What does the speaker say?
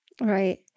Right